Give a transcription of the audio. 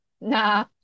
nah